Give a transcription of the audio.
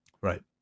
Right